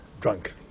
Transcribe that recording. Drunk